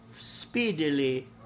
speedily